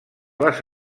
les